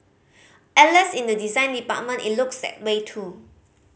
alas in the design department it looks that way too